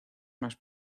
más